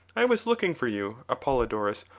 i was looking for you, apollodorus,